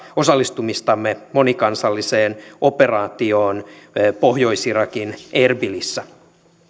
osallistumistamme monikansalliseen operaatioon pohjois irakin erbilissä